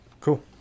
Cool